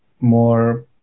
more